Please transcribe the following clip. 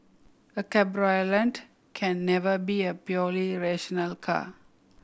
a cabriolet can never be a purely rational car